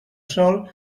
sol